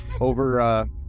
over